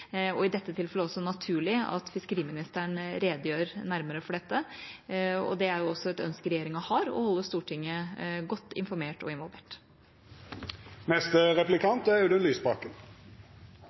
og i dette tilfellet er det naturlig at fiskeriministeren redegjør nærmere for dette. Det er også et ønske regjeringa har, å holde Stortinget godt informert og involvert. La meg bare kort slå fast at også vi er